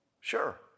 Sure